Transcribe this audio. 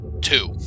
two